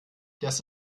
das